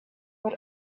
but